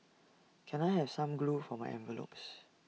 can I have some glue for my envelopes